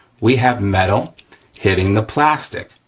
we have metal hitting the plastic.